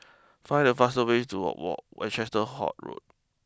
find the fast ways to Road